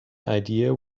idea